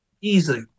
easily